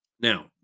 Now